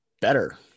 better